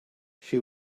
she